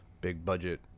big-budget